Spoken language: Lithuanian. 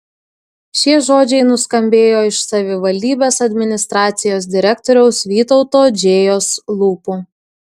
šie žodžiai nuskambėjo iš savivaldybės administracijos direktoriaus vytauto džėjos lūpų